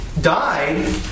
died